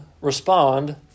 respond